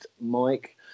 Mike